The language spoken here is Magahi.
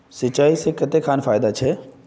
सिंचाई से कते खान फायदा छै?